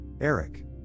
Eric